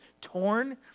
torn